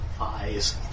eyes